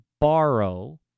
borrow